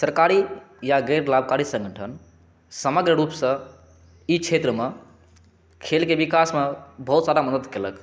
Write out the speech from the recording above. सरकारी या गैरलाभकारी सङ्गठन समग्र रूपसँ ई क्षेत्रमे खेलके विकासमे बहुत सारा मदद केलक